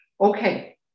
Okay